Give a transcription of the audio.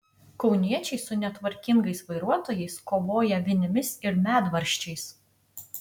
kauniečiai su netvarkingais vairuotojais kovoja vinimis ir medvaržčiais